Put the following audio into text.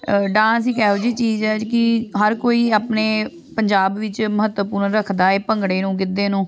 dance ਇੱਕ ਇਹੋ ਜਿਹੀ ਚੀਜ਼ ਹੈ ਕਿ ਹਰ ਕੋਈ ਆਪਣੇ ਪੰਜਾਬ ਵਿੱਚ ਮਹੱਤਵਪੂਰਨ ਰੱਖਦਾ ਹੈ ਭੰਗੜੇ ਨੂੰ ਗਿੱਧੇ ਨੂੰ